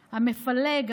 המפלג,